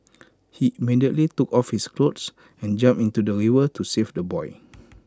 he immediately took off his clothes and jumped into the river to save the boy